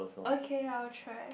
okay I'll try